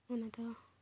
ᱚᱱᱟᱫᱚ